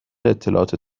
اطلاعات